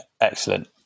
excellent